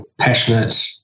passionate